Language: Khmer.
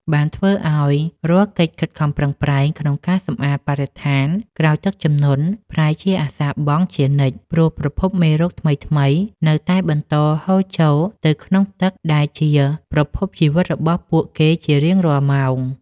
បានធ្វើឱ្យរាល់កិច្ចខិតខំប្រឹងប្រែងក្នុងការសម្អាតបរិស្ថានក្រោយទឹកជំនន់ប្រែជាអសារបង់ជានិច្ច ព្រោះប្រភពមេរោគថ្មីៗនៅតែបន្តហូរចូលទៅក្នុងទឹកដែលជាប្រភពជីវិតរបស់ពួកគេជារៀងរាល់ម៉ោង។